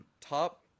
top